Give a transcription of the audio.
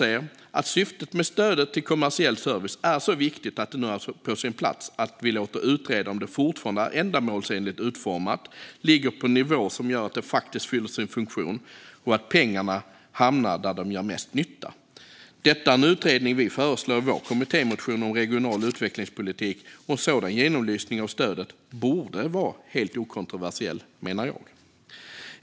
Vi anser att stödet till kommersiell service är så viktigt att det nu är på sin plats att låta utreda om det fortfarande är ändamålsenligt utformat, ligger på en nivå som gör att de faktiskt fyller sin funktion och att pengarna hamnar där de gör mest nytta. Detta är en utredning vi föreslår i vår kommittémotion om regional utvecklingspolitik, och en sådan genomlysning av stödet borde vara helt okontroversiell, menar jag.